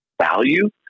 value